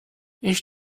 ich